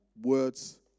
words